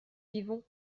vivons